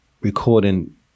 recording